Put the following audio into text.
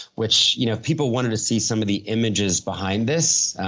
which you know people wanted to see some of the images behind this.